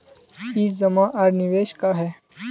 ई जमा आर निवेश का है?